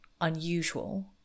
unusual